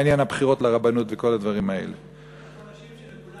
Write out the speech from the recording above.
כשאני אומר שיש 1,000 אנשים שמעניין